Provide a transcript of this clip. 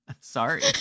Sorry